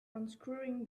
unscrewing